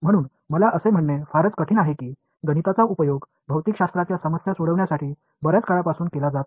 எனவே நீண்ட காலமாக இயற்பியல் சிக்கல்களைத் தீர்க்க கணிதம் பயன்படுத்தப்படுகிறது என்பதை சொல்ல தேவையில்லை